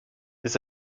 ist